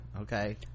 Okay